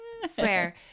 swear